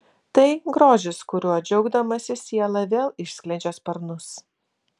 tai grožis kuriuo džiaugdamasi siela vėl išskleidžia sparnus